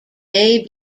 may